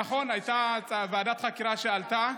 נכון, הייתה ועדת חקירה שהועלתה.